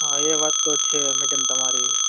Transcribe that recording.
હા એ વાત તો છે મેડમ તમારી